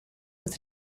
with